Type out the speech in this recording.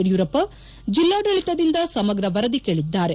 ಯಡಿಯೂರಪ್ಪ ಜಿಲ್ಲಾಡಳಿತದಿಂದ ಸಮಗ್ರ ವರದಿ ಕೇಳಿದ್ದಾರೆ